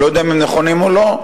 אני לא יודע אם הם נכונים או לא,